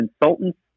consultants